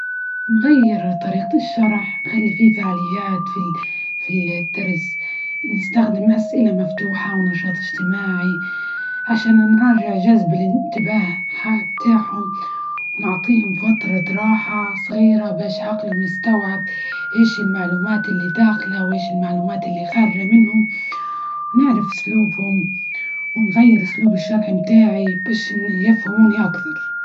نغير طريقة الشرح، نخلي في فعاليات ف ال -في الدرس، نستخدم أسئلة مفتوحة ونشاط اجتماعي عشان نراجع جذب الانتباه بتاعهم ونعطيهم فترة راحة صغيرة بش عقلهم يستوعب إيش المعلومات إللي داخله وإش المعلومات إللي خارجة منهم، ونعرف أسلوبهم، ونغير أسلوب الشرح بتاعى، بش يفهمونى أكثر.